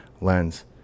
lens